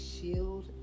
shield